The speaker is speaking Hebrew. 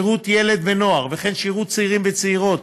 השירות לילד ונוער וכן השירות לצעירים וצעירות